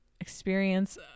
experience